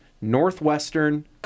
Northwestern